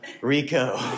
Rico